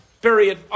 Period